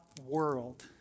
world